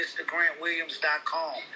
MrGrantWilliams.com